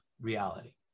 reality